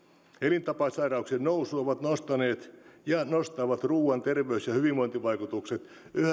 elintapasairauksien nousu ovat nostaneet ja nostavat ruuan terveys ja hyvinvointivaikutukset yhä